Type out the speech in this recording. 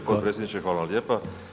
g. Potpredsjedniče hvala vam lijepa.